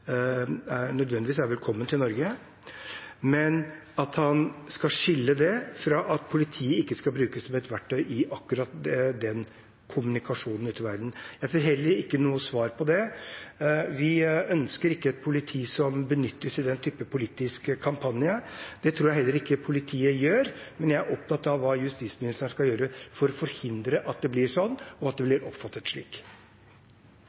til Norge, fra det at politiet ikke skal brukes som et verktøy i akkurat den kommunikasjonen ut til verden. Jeg fikk heller ikke noe svar på det. Vi ønsker ikke et politi som benyttes i den typen politisk kampanje – det tror jeg heller ikke politiet gjør – men jeg er opptatt av hva justisministeren skal gjøre for å forhindre at det blir slik, og at det